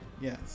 Yes